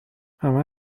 همه